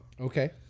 Okay